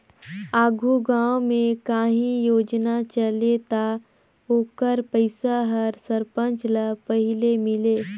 आघु गाँव में काहीं योजना चले ता ओकर पइसा हर सरपंच ल पहिले मिले